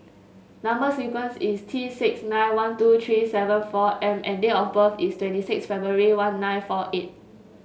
number sequence is T six nine one two three seven four M and date of birth is twenty six February one nine four eight